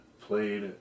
played